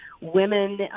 women